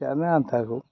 जानो आन्थाखौ